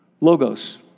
Logos